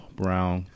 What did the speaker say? brown